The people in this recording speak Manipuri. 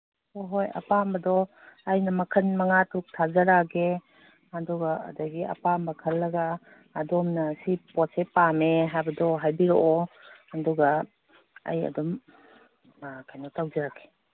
ꯍꯣꯏ ꯍꯣꯏ ꯑꯄꯥꯝꯕꯗꯣ ꯑꯩꯅ ꯃꯈꯟ ꯃꯉꯥ ꯇꯔꯨꯛ ꯊꯥꯖꯔꯛꯑꯒꯦ ꯑꯗꯨꯒ ꯑꯗꯒꯤ ꯑꯄꯥꯝꯕ ꯈꯜꯂꯒ ꯑꯗꯣꯝꯅ ꯁꯤ ꯄꯣꯠꯁꯦ ꯄꯥꯝꯃꯦ ꯍꯥꯏꯕꯗꯣ ꯍꯥꯏꯕꯤꯔꯛꯑꯣ ꯑꯗꯨꯒ ꯑꯩ ꯑꯗꯨꯝ ꯀꯩꯅꯣ ꯇꯧꯖꯔꯛꯀꯦ